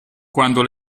quando